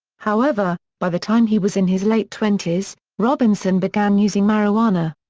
however, by the time he was in his late twenties, robinson began using marijuana.